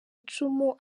icumu